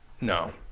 no